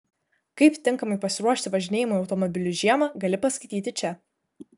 kaip tinkamai pasiruošti važinėjimui automobiliu žiemą gali paskaityti čia